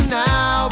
now